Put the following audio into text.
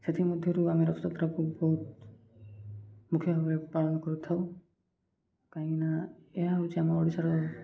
ସେଥିମଧ୍ୟରୁ ଆମେ ରଥଯାତ୍ରାକୁ ବହୁତ ମୁଖ୍ୟ ଭାବରେ ପାଳନ କରିଥାଉ କାହିଁକିନା ଏହା ହେଉଛି ଆମ ଓଡ଼ିଶାର